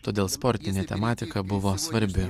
todėl sportinė tematika buvo svarbi